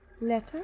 Letter